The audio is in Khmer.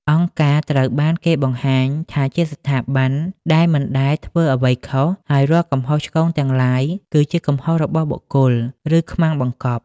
អង្គការត្រូវបានគេបង្ហាញថាជាស្ថាប័នដែលមិនដែលធ្វើអ្វីខុស ហើយរាល់កំហុសឆ្គងទាំងឡាយគឺជាកំហុសរបស់បុគ្គល ឬខ្មាំងបង្កប់។